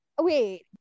Wait